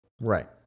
Right